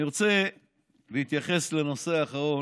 אני רוצה להתייחס לנושא האחרון,